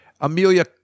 Amelia